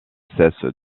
cesse